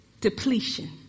depletion